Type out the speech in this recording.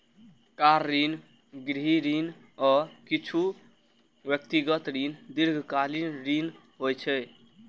car ऋण, गृह ऋण, आ किछु व्यक्तिगत ऋण दीर्घकालीन ऋण होइ छै